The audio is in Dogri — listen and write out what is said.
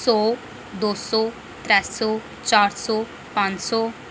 सौ दो सौ त्रै सौ चार सौ पंज सौ